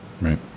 Right